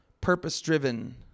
purpose-driven